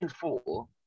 four